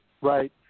right